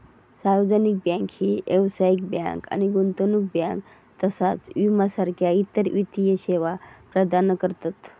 सार्वत्रिक बँक ही व्यावसायिक बँक आणि गुंतवणूक बँक तसाच विमा सारखा इतर वित्तीय सेवा प्रदान करतत